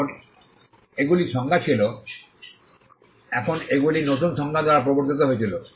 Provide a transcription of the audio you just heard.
এখন এগুলি সংজ্ঞা ছিল এখন এগুলি নতুন সংজ্ঞা দ্বারা প্রবর্তিত হয়েছিল